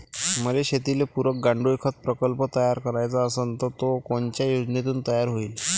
मले शेतीले पुरक गांडूळखत प्रकल्प तयार करायचा असन तर तो कोनच्या योजनेतून तयार होईन?